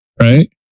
right